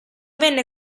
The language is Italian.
venne